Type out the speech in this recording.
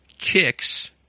Kicks